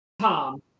Tom